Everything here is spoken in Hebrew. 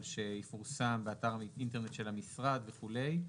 שיפורסם באתר האינטרנט של המשרד וכולי.